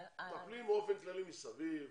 מטפלים באופן כללי מסביב,